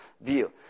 view